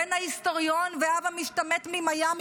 בן להיסטוריון ואבא למשתמט ממיאמי,